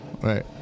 Right